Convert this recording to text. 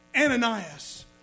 Ananias